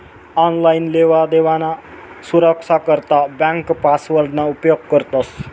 online लेवादेवाना सुरक्सा करता ब्यांक पासवर्डना उपेग करतंस